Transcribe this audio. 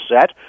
set